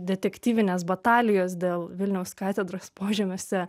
detektyvinės batalijos dėl vilniaus katedros požemiuose